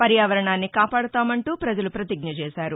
పర్యావరణాన్ని కాపాడతామంటూ ప్రజలు ప్రతిజ్ఞ చేశారు